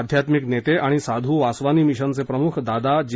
अध्यात्मिक नेते आणि साधू वासवानी मिशनचे प्रमुख दादा जे